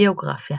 ביוגרפיה